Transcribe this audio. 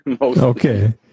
okay